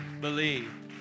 believe